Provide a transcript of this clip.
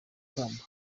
ikamba